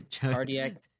Cardiac